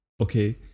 Okay